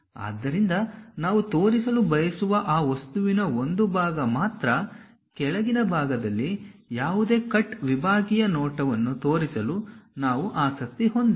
ಆದ್ದರಿಂದ ನಾವು ತೋರಿಸಲು ಬಯಸುವ ಆ ವಸ್ತುವಿನ ಒಂದು ಭಾಗ ಮಾತ್ರ ಕೆಳಗಿನ ಭಾಗದಲ್ಲಿ ಯಾವುದೇ ಕಟ್ ವಿಭಾಗೀಯ ನೋಟವನ್ನು ತೋರಿಸಲು ನಾವು ಆಸಕ್ತಿ ಹೊಂದಿಲ್ಲ